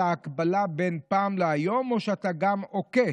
ההקבלה בין פעם להיום או שאתה גם עוקץ?